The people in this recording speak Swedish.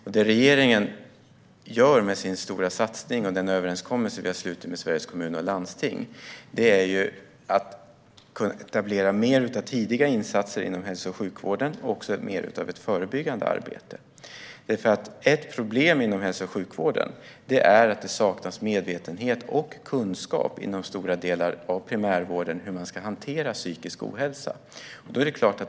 Genom regeringens stora satsning och den överenskommelse som vi har slutit med Sveriges Kommuner och Landsting ska man kunna etablera mer av tidiga insatser inom hälso och sjukvården och också mer av ett förebyggande arbete. Ett problem inom hälso och sjukvården är att det saknas medvetenhet och kunskap inom stora delar av primärvården om hur man ska hantera psykisk ohälsa.